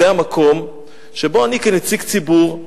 זה המקום שבו אני כנציג ציבור,